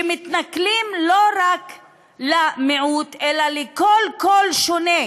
שמתנכלות לא רק למיעוט, אלא לכל קול שונה.